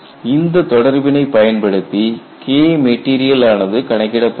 இந்த தொடர்பினை பயன்படுத்தி KMat ஆனது கணக்கிடப்படுகிறது